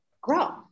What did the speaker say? grow